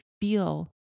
feel